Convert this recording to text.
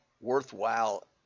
worthwhile